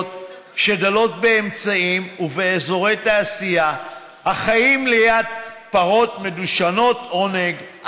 שדלות באמצעים ובאזורי תעשייה החיות ליד פרות מדושנות עונג,